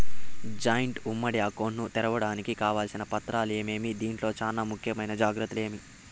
Joint ఉమ్మడి account ను తెరవడానికి కావాల్సిన పత్రాలు ఏమేమి? దీంట్లో చానా ముఖ్యమైన జాగ్రత్తలు ఏమి?